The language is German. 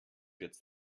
jetzt